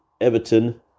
Everton